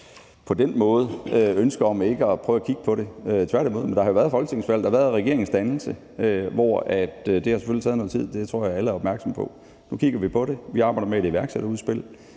ønske om ikke at prøve at kigge på det, tværtimod. Men der har jo været et folketingsvalg, og der har været en regeringsdannelse, som selvfølgelig har taget noget tid. Det tror jeg alle er opmærksomme på. Nu kigger vi på det. Vi arbejder med et iværksætterudspil,